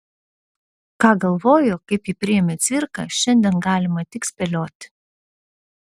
ką galvojo kaip jį priėmė cvirka šiandien galima tik spėlioti